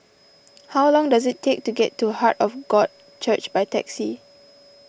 how long does it take to get to Heart of God Church by taxi